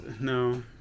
No